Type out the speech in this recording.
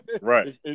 Right